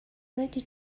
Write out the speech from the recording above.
ready